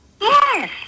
Yes